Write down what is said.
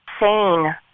sane